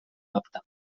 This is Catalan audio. apta